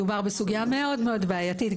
מדובר בסוגיה מאוד מאוד בעייתית,